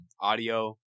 audio